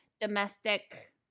domestic